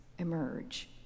emerge